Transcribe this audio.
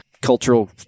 cultural